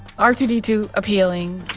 r two d two appealing